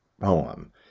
poem